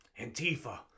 Antifa